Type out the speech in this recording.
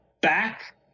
back